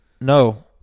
no